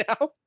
now